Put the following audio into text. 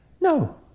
no